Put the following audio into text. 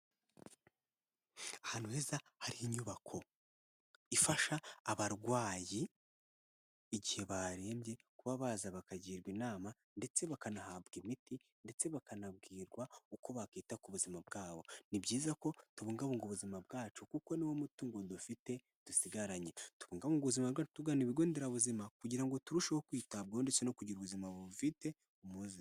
Ahantu heza hari inyubako ifasha abarwayi igihe barembye kuba baza bakagirwa inama ndetse bakanahabwa imiti ndetse bakanabwirwa uko bakita ku buzima bwabo ni byiza ko tubungabunga ubuzima bwacu kuko niwo mutungo dufite dusigaranye tubungabunga ubuzima bwacu tugana ibigo nderabuzima kugira ngo turusheho kwitabwaho ndetse no kugira ubuzima bufite umuze.